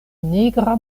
nigra